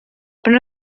però